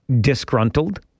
disgruntled